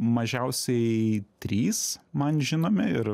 mažiausiai trys man žinomi ir